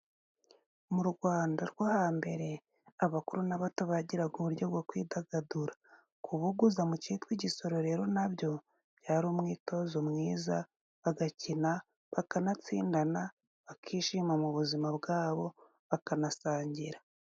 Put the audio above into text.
Mu Rwanda rwo hambere abakuru n'abato bagiraga uburyo bwo kwidagadura kubuguza mu kitwa igisoro rero nabyo byari umwitozo mwiza bagakina bakanatsindana bakishima mu buzima bwabo bakanasangira.